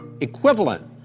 equivalent